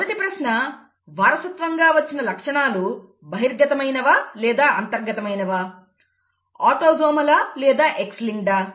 మొదటి ప్రశ్న వారసత్వంగా వచ్చిన లక్షణాలు బహిర్గతమైవా లేదా అంతర్గతమైనవా ఆటోసోమల్ లేదా X లింక్డ్